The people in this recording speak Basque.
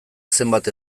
zenbat